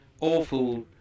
Awful